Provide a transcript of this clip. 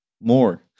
more